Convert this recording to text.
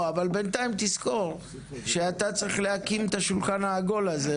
אבל בינתיים תזכור שאתה צריך להקים את השולחן העגול הזה,